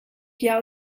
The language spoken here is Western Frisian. jou